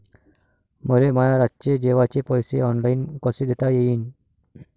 मले माया रातचे जेवाचे पैसे ऑनलाईन कसे देता येईन?